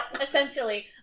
essentially